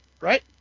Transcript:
right